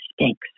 stinks